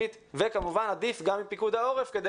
המקומית וכמובן עדיף גם עם פיקוד העורף כדי